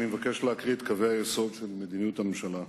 אני מבקש להקריא את קווי היסוד של מדיניות הממשלה: